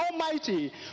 Almighty